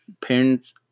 parents